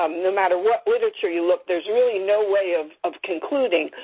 um no matter what literature you look, there's really no way of of concluding.